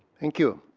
thank you.